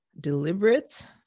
deliberate